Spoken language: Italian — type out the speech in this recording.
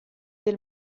del